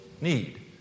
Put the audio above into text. need